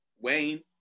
Wayne